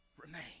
remain